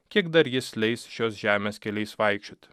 kiek dar jis leis šios žemės keliais vaikščioti